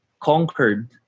conquered